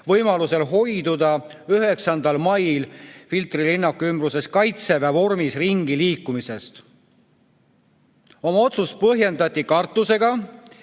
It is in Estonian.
võimaluse korral hoiduda 9. mail Filtri linnaku ümbruses Kaitseväe vormis ringi liikumisest. Seda põhjendati kartusega,